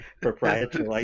proprietary